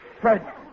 Fred